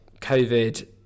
covid